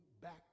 back